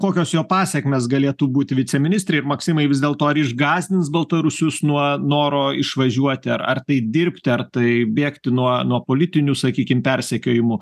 kokios jo pasekmės galėtų būti viceministre ir maksimai vis dėlto ar išgąsdins baltarusius nuo noro išvažiuoti ar ar tai dirbti ar tai bėgti nuo nuo politinių sakykim persekiojimų